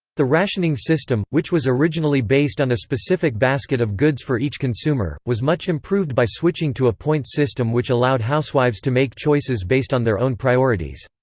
the rationing system, which was originally based on a specific basket of goods for each consumer, was much improved by switching to a points system which allowed housewives to make choices based on their own priorities.